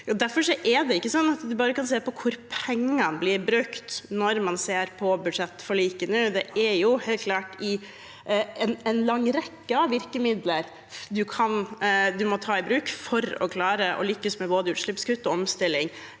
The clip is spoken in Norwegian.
Derfor er det ikke sånn at man bare kan se på hvor pengene blir brukt, når man ser på budsjettforliket nå. Det er helt klart en lang rekke virkemidler man må ta i bruk for å klare å lykkes med både utslippskutt og omstilling.